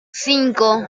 cinco